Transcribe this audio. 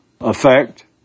effect